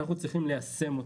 ואנחנו צריכים ליישם אותה.